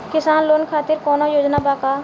किसान लोग खातिर कौनों योजना बा का?